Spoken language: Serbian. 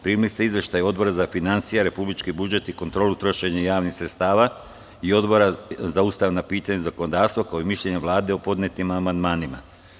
Primili ste izveštaje Odbora za finansije, republički budžet i kontrolu trošenja javnih sredstava i Odbora za ustavna pitanja i zakonodavstvo, kao i mišljenje Vlade o podnetim amandmanima.